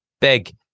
big